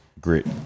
grit